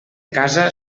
casa